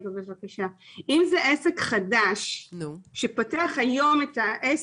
אם זה עסק חדש שפותח היום את העסק,